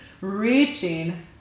reaching